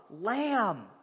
Lamb